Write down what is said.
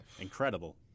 Incredible